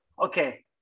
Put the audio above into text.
okay